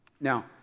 Now